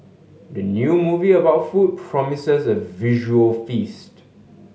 the new movie about food promises a visual feast